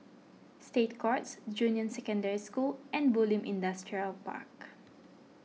State Courts Junior Secondary School and Bulim Industrial Park